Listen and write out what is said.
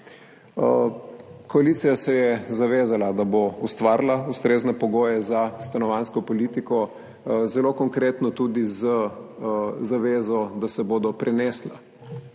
Koalicija se je zavezala, da bo ustvarila ustrezne pogoje za stanovanjsko politiko, zelo konkretno tudi z zavezo, da se bodo prenesla